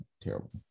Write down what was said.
terrible